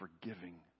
forgiving